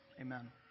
amen